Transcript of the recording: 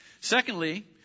secondly